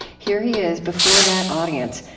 here he is before that audience,